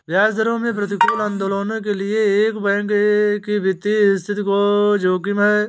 ब्याज दरों में प्रतिकूल आंदोलनों के लिए एक बैंक की वित्तीय स्थिति का जोखिम है